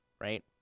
right